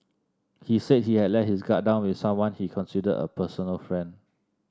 he said he had let his guard down with someone he considered a personal friend